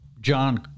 John